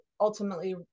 ultimately